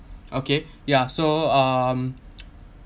okay ya so um